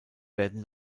werden